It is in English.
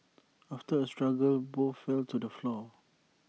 after A struggle both fell to the floor